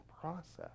process